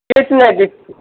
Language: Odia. କିଛି ନାହିଁ